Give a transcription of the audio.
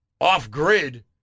off-grid